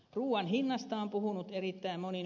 ruuan hinnasta on puhunut erittäin moni